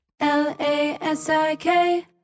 L-A-S-I-K